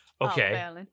okay